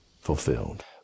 fulfilled